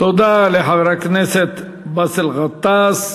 תודה לחבר הכנסת באסל גטאס.